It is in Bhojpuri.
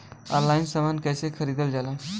ऑनलाइन समान कैसे खरीदल जाला?